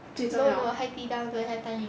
no no 海底捞 don't have time limit